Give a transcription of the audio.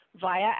via